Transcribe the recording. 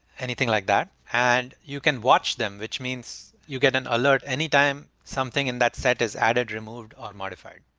anything like that, and you can watch them, which means you get an alert anytime something in that set is added, removed, or modified.